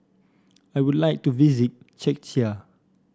I would like to visit Czechia